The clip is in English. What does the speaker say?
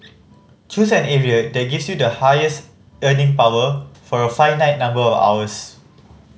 choose an area that gives you the highest earning power for a finite number of hours